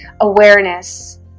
awareness